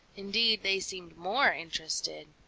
indeed, they seemed more interested.